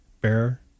bear